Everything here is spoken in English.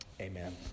Amen